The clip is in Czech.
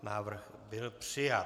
Návrh byl přijat.